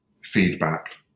feedback